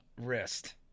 wrist